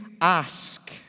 ask